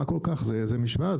זה משוואה,